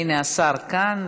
הינה השר כאן,